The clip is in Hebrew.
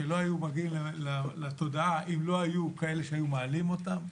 שלא היו מגיעים לתודעה אם לא היו כאלה שהיו מעלים אותם.